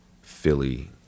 Philly